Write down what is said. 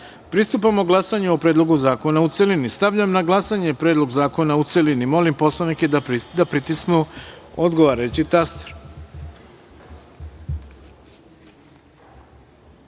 glasanju o Predlogu zakona u celini. Stavljam na glasanje Predlog zakona u celini. Molim poslanike da pritisnu odgovarajući